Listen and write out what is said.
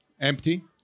empty